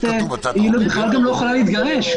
והיא בכלל גם לא יכולה להתגרש,